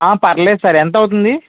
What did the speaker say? పర్లేదు సార్ ఎంతవుతుంది